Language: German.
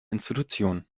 institutionen